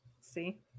See